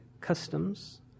customs